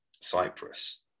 Cyprus